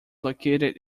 located